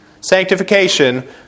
sanctification